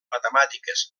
matemàtiques